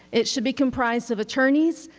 it should be comprised of attorneys,